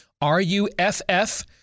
R-U-F-F